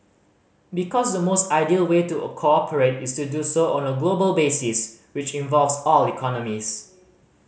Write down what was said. because the most ideal way to cooperate is to do so on a global basis which involves all economies